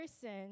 person